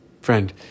Friend